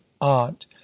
aunt